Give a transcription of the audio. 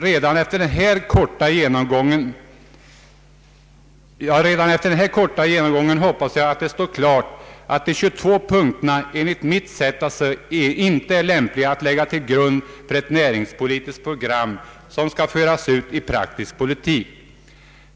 Redan efter den här korta genomgången hoppas jag att det står klart att de 22 punkterna, enligt mitt sätt att se, inte är lämpliga att lägga till grund för ett näringspolitiskt program som skall föras ut i praktisk politik.